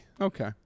Okay